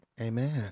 Amen